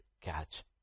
catch